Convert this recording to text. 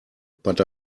but